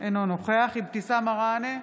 אינו נוכח אבתיסאם מראענה,